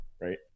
right